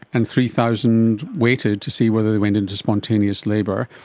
and three thousand waited to see whether they went into spontaneous labour,